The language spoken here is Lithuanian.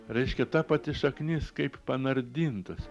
reiškia ta pati šaknis kaip panardintas